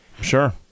Sure